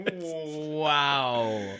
Wow